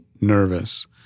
nervous